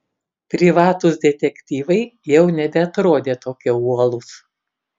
privatūs detektyvai jau nebeatrodė tokie uolūs